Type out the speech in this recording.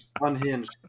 unhinged